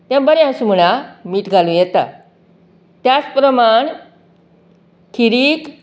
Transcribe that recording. तें बरें आसा म्हणा मीठ घालू येता त्यात प्रमाण खिरीक